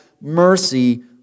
mercy